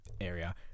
area